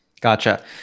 gotcha